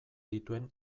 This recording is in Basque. dituen